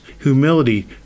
humility